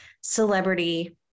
celebrity